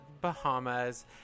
Bahamas